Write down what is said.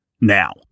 now